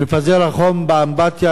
מפזר החום באמבטיה,